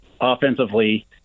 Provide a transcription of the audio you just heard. offensively